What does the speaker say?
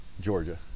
Georgia